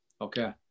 Okay